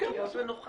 זה משא ומתן.